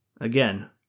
Again